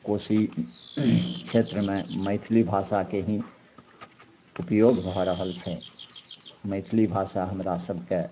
कोशी क्षेत्रमे मैथिली भाषाके ही उपयोग भऽ रहल छै मैथिली भाषा हमरा सभकेँ